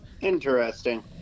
Interesting